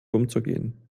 umzugehen